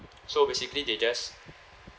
so basically they just